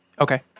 Okay